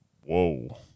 Whoa